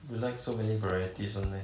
you like so many varieties one meh